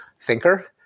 thinker